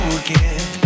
again